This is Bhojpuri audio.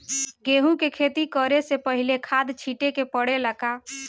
गेहू के खेती करे से पहिले खाद छिटे के परेला का?